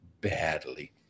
Badly